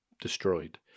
destroyed